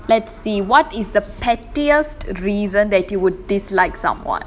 let's see what is the pettiest reason that you would dislike someone